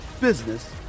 business